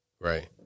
Right